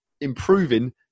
improving